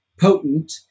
potent